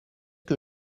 que